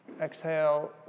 Exhale